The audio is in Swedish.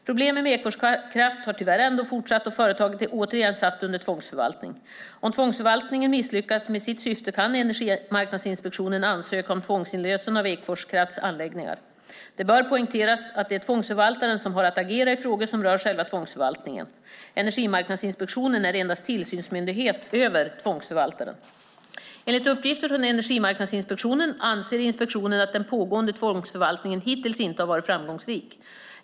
Problemen med Ekfors Kraft har tyvärr ändå fortsatt, och företaget är återigen satt under tvångsförvaltning. Om tvångsförvaltningen misslyckas med sitt syfte kan Energimarknadsinspektionen ansöka om tvångsinlösen av Ekfors Krafts anläggningar. Det bör poängteras att det är tvångsförvaltaren som har att agera i frågor som rör själva tvångsförvaltningen. Energimarknadsinspektionen är endast tillsynsmyndighet över tvångsförvaltaren. Enligt uppgifter från Energimarknadsinspektionen anser inspektionen att den pågående tvångsförvaltningen hittills inte har varit framgångsrik.